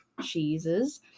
cheeses